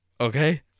okay